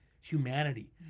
humanity